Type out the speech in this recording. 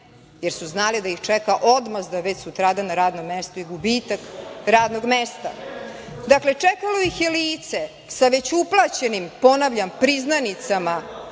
jer su znali da ih čeka odmazda već sutradan na radnom mestu i gubitak radnog mesta. Dakle, čekalo ih je lice sa već uplaćenim, ponavljam priznanicama